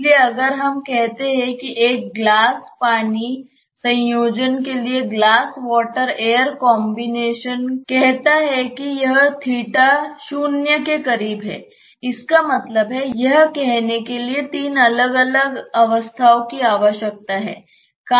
इसलिए अगर हम कहते हैं कि एक ग्लास पानी संयोजन के लिए ग्लास वॉटर एयर कॉम्बिनेशन कहता है कि यह शून्य के करीब है इसका मतलब है यह कहने के लिए तीन अलग अलग अवस्थाओं की आवश्यकता है